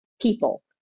people